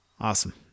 awesome